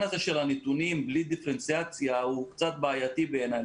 הזה של הנתונים בלי דיפרנציאציה הוא קצת בעייתי בעיני.